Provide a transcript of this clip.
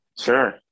sure